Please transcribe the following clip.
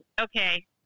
okay